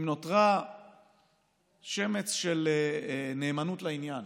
אם נותר שמץ של נאמנות לעניין,